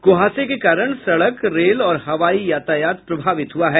कुहासे के कारण सड़क रेल और हवाई यातायात प्रभावित हुआ है